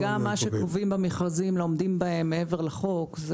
הם גם לא עומדים במה שקובעים במכרזים, מעבר לחוק.